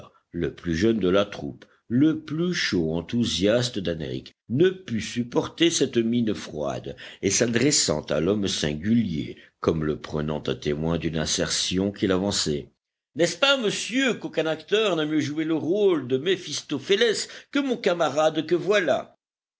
le plus jeune de la troupe le plus chaud enthousiaste d'henrich ne put supporter cette mine froide et s'adressant à l'homme singulier comme le prenant à témoin d'une assertion qu'il avançait n'est-ce pas monsieur qu'aucun acteur n'a mieux joué le rôle de méphistophélès que mon camarade que voilà